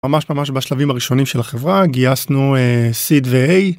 ממש ממש בשלבים הראשונים של החברה גייסנו sid וA.